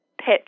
pitch